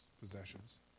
possessions